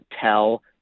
tell